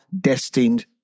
destined